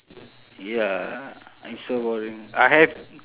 ya it's so boring I have